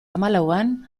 hamalauan